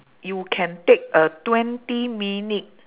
you can take a twenty minute